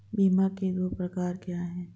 बीमा के दो प्रकार क्या हैं?